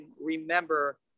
remember